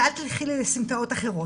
ואל תלכי לי לסמטאות אחרות.